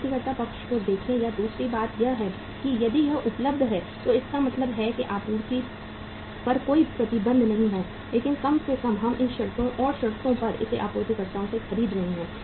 आपूर्तिकर्ता पक्ष को देखें या दूसरी बात यह है कि यदि यह उपलब्ध है तो इसका मतलब है कि आपूर्ति पर कोई प्रतिबंध नहीं है लेकिन कम से कम हम किन शर्तों और शर्तों पर इसे आपूर्तिकर्ताओं से खरीद रहे हैं